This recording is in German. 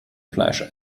fleisch